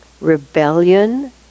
rebellion